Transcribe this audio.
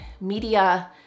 media